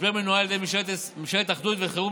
המשבר מנוהל על ידי ממשלת אחדות וחירום